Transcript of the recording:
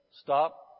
stop